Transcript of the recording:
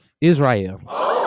Israel